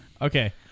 Okay